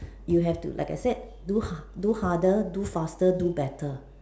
you have to like I said do ha~ do harder do faster do better